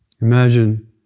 Imagine